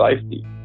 safety